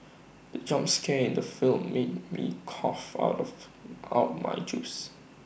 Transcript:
the jump scare in the film made me cough out of out my juice